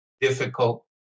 difficult